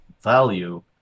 value